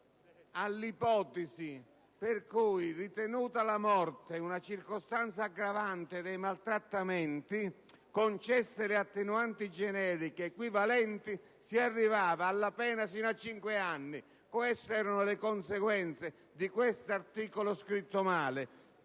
all'ipotesi per cui, ritenuta la morte una circostanza aggravante dei maltrattamenti e concesse le attenuanti generiche equivalenti, si arrivava alla pena della reclusione sino a cinque anni. Erano le conseguenze di questo articolo scritto male!